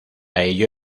ello